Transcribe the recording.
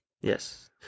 Yes